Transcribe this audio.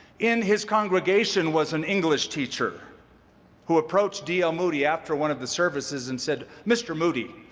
in his congregation was an english teacher who approached d. l. moody after one of the services and said, mr. moody,